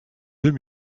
deux